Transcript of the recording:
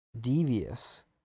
devious